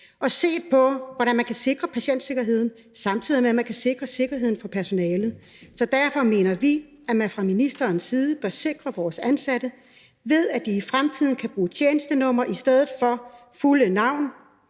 og set på, hvordan man kan sikre patientsikkerheden, samtidig med at man kan sikre sikkerheden for personalet. Så derfor mener vi, at man fra ministerens side bør sikre de ansatte, ved at de i fremtiden kan bruge tjenestenummer i stedet for fulde navn.